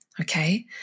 Okay